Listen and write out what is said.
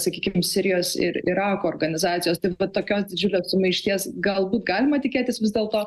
sakykim sirijos ir irako organizacijos tai vat tokios didžiulės sumaišties galbūt galima tikėtis vis dėlto